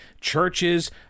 churches